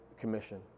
commission